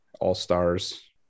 all-stars